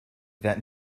that